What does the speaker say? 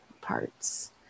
parts